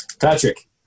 Patrick